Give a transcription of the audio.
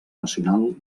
nacional